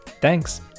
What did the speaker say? Thanks